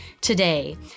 today